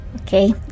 Okay